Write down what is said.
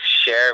share